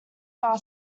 bar